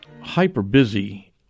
hyper-busy